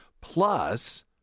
plus